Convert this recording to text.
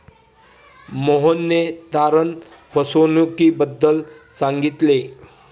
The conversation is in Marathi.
मोहनने तारण फसवणुकीबद्दल सांगितले